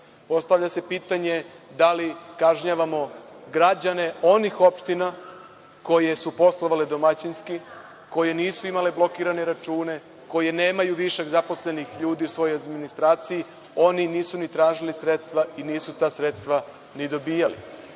opštinama. Postavlja se pitanje da li kažnjavamo građane onih opština koje su poslovale domaćinski, koje nisu imale blokirane račune, koje nemaju višak zaposlenih ljudi u svojoj administraciji, oni nisu ni tražili sredstva i nisu ta sredstva ni dobijali